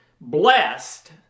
blessed